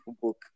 book